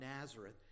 Nazareth